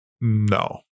no